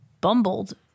bumbled